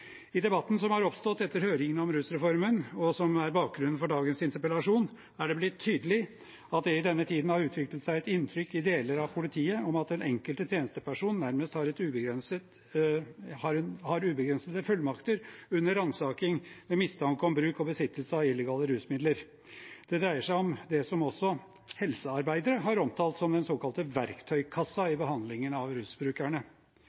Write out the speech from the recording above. I debatten som har oppstått etter høringen om rusreformen – og som er bakgrunnen for dagens interpellasjon – er det blitt tydelig at det i denne tiden har utviklet seg et inntrykk i deler av politiet av at den enkelte tjenesteperson nærmest har ubegrensede fullmakter under ransaking ved mistanke om bruk og besittelse av illegale rusmidler. Det dreier seg om det som også helsearbeidere har omtalt som den såkalte verktøykassa